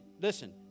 Listen